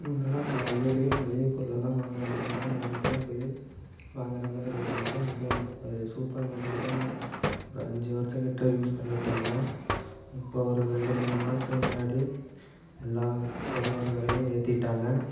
முன்னெல்லாம் காய்கறி மளிகை பொருளெல்லாம் வாங்கிற மாதிரி இருந்தால் நேரடியாக போய் வாங்கிற மாதிரி இருந்துச்சி அதுவும் அது சூப்பர் மார்க்கெட்டு தான் ஒரு அஞ்சு வாரத்து கிட்டே யூஸ் பண்ணிட்டோம்ன்னா இப்போ ஒரு ரெண்டு மூணு மாதத்துக்கு முன்னாடி எல்லா பொருளோடய விலையும் ஏத்திட்டாங்க